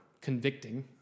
Convicting